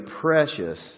precious